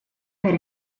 per